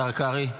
השר קרעי,